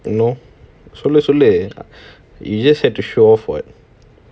no சொல்லு சொல்லு:sollu sollu you just had to show off for it